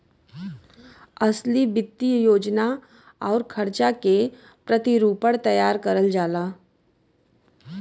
असली वित्तीय योजना आउर खर्चा के प्रतिरूपण तैयार करल जाला